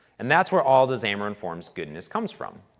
and that's where all the xamarin forms goodness comes from.